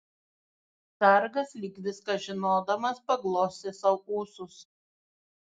sargas lyg viską žinodamas paglostė sau ūsus